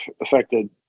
affected